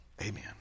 Amen